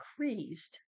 increased